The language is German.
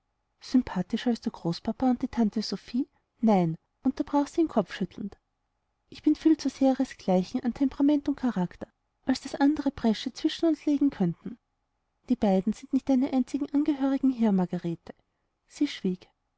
sympathischer als der großpapa und die tante sophie nein unterbrach sie ihn kopfschüttelnd ich bin viel zu sehr ihresgleichen an temperament und charakter als daß andere bresche zwischen uns legen könnten die beiden sind nicht deine einzigen angehörigen hier margarete sie schwieg